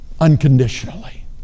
unconditionally